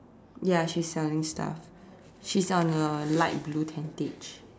ya she's selling stuff she's on a light blue tentage